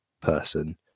person